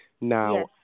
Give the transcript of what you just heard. Now